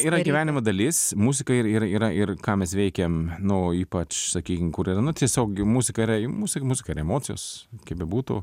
yra gyvenimo dalis muzika ir ir yra ir ką mes veikiam no ypač sakykim kur yra nu tiesiog muzika yra muzik muzika yra emocijos kaip bebūtų